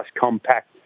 compact